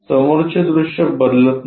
समोरचे दृश्य बदलत नाही